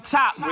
top